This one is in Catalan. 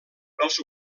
els